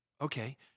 okay